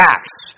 Acts